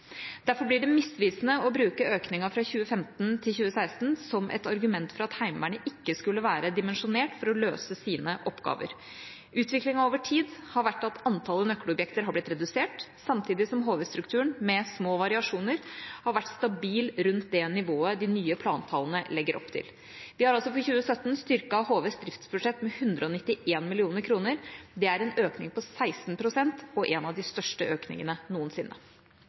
Derfor blir det misvisende å bruke økningen fra 2015 til 2016 som et argument for at Heimevernet ikke skulle være dimensjonert for å løse sine oppgaver. Utviklingen over tid har vært at antallet nøkkelobjekter har blitt redusert, samtidig som HV-strukturen, med små variasjoner, har vært stabil rundt det nivået de nye plantallene legger opp til. Vi har altså for 2017 styrket HVs driftsbudsjett med 191 mill. kr. Det er en økning på 16 pst. og en av de største økningene noensinne.